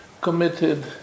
committed